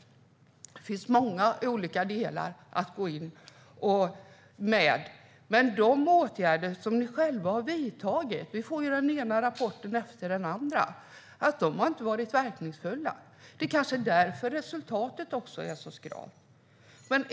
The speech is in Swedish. Det finns många olika delar. Men vi får den ena rapporten efter den andra som visar att de åtgärder som ni själva har vidtagit inte har varit verkningsfulla. Det är kanske därför resultatet är så skralt.